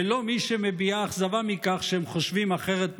ולא מי שמביעה אכזבה מכך שהם חושבים אחרת ממנה.